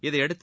இதையடுத்து